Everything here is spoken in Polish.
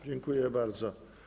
Dziękuję bardzo.